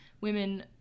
women